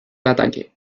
ataque